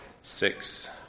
six